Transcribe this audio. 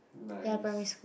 nice